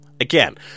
Again